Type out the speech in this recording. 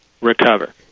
recover